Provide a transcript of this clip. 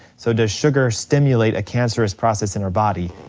so does sugar stimulate a cancerous process in our body,